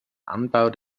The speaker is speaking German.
anbau